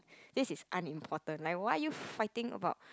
this is unimportant like why are you fighting about